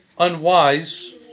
unwise